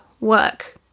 work